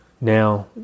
Now